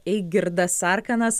eigirdas arkanas